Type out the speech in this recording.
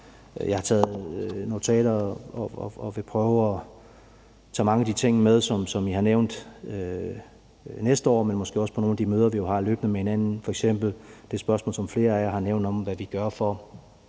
Jeg har taget notater og vil prøve at tage mange af de ting med, som I har nævnt, næste år, men måske også på nogle af de møder, vi jo har løbende med hinanden, f.eks. det spørgsmål, som flere af jer har nævnt om, hvad vi gør for